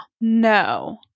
No